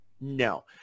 no –